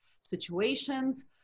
situations